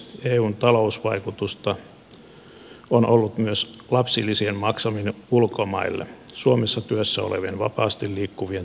eun talousvaikutusta on ollut myös lapsilisien maksaminen ulkomaille suomessa työssä olevien vapaasti liikkuvien työntekijöiden lapsille